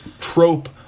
trope